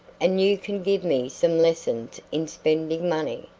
and you can give me some lessons in spending money.